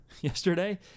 yesterday